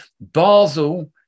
Basel